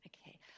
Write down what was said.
Okay